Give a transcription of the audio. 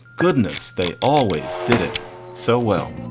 goodness, they always did it so well